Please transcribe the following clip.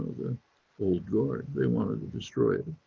the old guard, they wanted to destroy it.